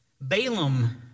Balaam